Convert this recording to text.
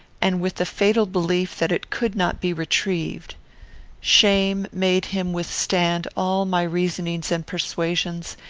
and with the fatal belief that it could not be retrieved shame made him withstand all my reasonings and persuasions,